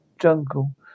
jungle